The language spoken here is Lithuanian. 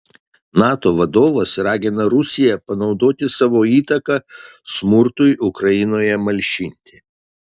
nato vadovas ragina rusiją panaudoti savo įtaką smurtui ukrainoje malšinti